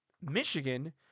Michigan